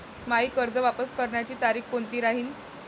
मायी कर्ज वापस करण्याची तारखी कोनती राहीन?